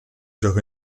gioco